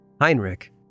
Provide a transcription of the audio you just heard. Heinrich